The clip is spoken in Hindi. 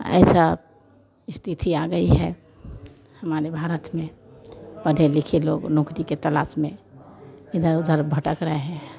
ऐसा स्थिति आ गई है हमारे भारत में पढ़े लिखे लोग नौकरी के तलाश में इधर उधर भटक रहे हैं